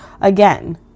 again